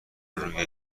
روی